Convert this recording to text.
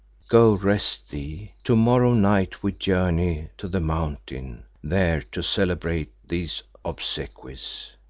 go rest thee. to-morrow night we journey to the mountain, there to celebrate these obsequies.